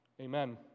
Amen